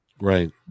Right